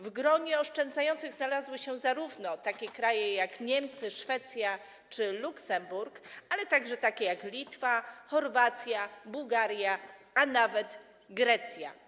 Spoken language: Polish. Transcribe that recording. W gronie oszczędzających znalazły się takie kraje jak Niemcy, Szwecja czy Luksemburg, ale także Litwa, Chorwacja, Bułgaria, a nawet Grecja.